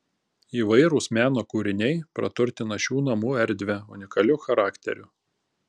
įvairūs meno kūriniai praturtina šių namų erdvę unikaliu charakteriu